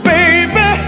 Baby